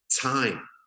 time